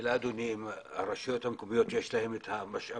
השאלה אדוני אם לרשויות המקומיות יש את המשאבים.